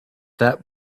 that